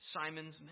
Simon's